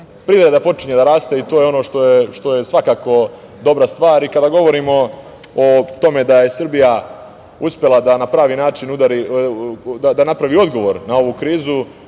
privreda počinje da raste i to je ono što je svakako dobra stvar. Kada govorimo o tome da je Srbija uspela da na pravi način napravi odgovor na ovu krizu,